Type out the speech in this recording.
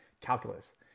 calculus